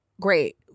great